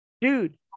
dude